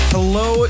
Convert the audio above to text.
Hello